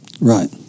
Right